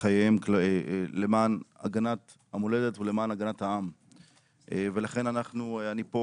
חייהם למען הגנת המולדת ולמען הגנת העם ולכן אני פה,